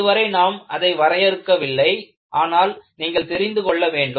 இதுவரை நாம் அதை வரையறுக்கவில்லை ஆனால் நீங்கள் தெரிந்து கொள்ள வேண்டும்